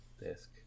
desk